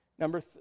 Number